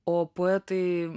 o poetai